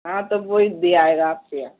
हाँ तो वही दे आएगा आपके यहाँ